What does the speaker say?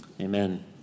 Amen